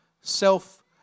self